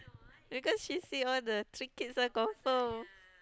because she say all the three kids one confirm